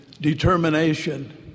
determination